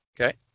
Okay